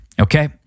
Okay